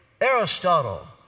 Aristotle